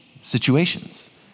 situations